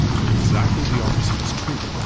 but exactly the opposite is true.